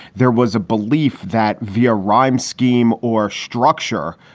there was a belief that veha rhyme scheme or structure,